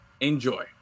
Enjoy